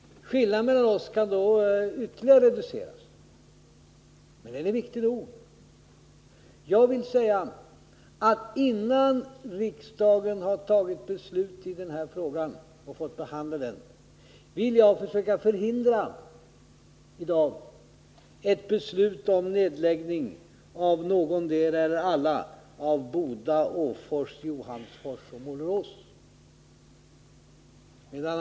Skillnaden mellan oss kan då ytterligare reduceras, men den är viktig nog. Innan riksdagen fått behandla frågan och fatta beslut vill jag i dag försöka förhindra ett beslut om nedläggning av Boda, Åfors, Johansfors och Målerås, av någotdera eller alla.